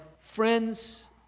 friends